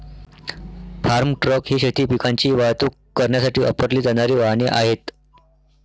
form truck ही शेती पिकांची वाहतूक करण्यासाठी वापरली जाणारी वाहने आहेत